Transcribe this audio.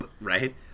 Right